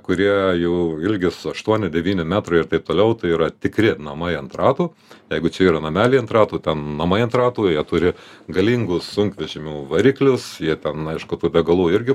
kurie jau ilgis aštuoni devyni metrai ir taip toliau tai yra tikri namai ant ratų jeigu čia yra nameliai ant ratų ten namai ant ratų jie turi galingų sunkvežimių variklius jie ten aišku tų degalų irgi